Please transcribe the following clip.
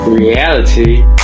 Reality